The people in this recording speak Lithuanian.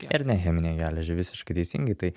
ir ne cheminę geležį visiškai teisingai tai